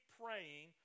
praying